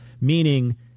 meaning